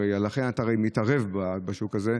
לכן אתה הרי מתערב בשוק הזה,